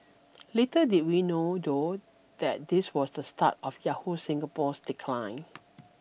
little did we know though that this was the start of Yahoo Singapore's decline